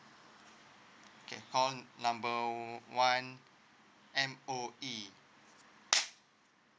okay call number one M_O_E